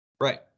Right